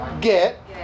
get